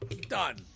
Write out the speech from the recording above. Done